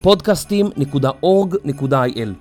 www.podcastim.org.il